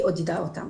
היא עודדה אותם.